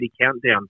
countdown